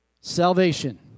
salvation